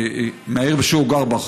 מהעיר שהוא גר בה,